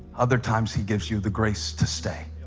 other times he gives you the grace to stay